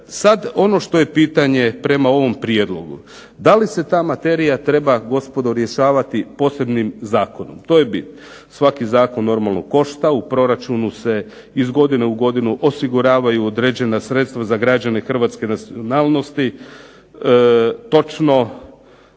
ono što je pitanje prema ovom prijedlogu, da li se ta materija treba gospodo rješavati posebnim zakonom? To je bit. Svaki zakon normalno košta, u proračunu se iz godine u godinu osiguravaju određena sredstva za građane hrvatske nacionalnosti. Točno